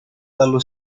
dallo